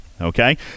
Okay